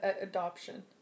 adoption